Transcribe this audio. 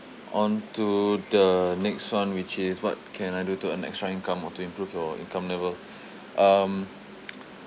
onto the next one which is what can I do to earn extra income or to improve your income level um